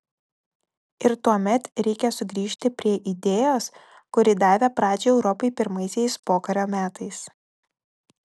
ir tuomet reikia sugrįžti prie idėjos kuri davė pradžią europai pirmaisiais pokario metais